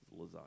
Lasagna